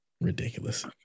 Ridiculous